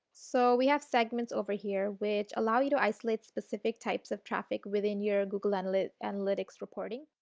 so, we have segments over here which allows you to isolate specific types of traffic within your google analytics analytics reporting.